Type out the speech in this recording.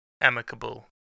amicable